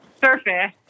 surface